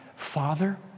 Father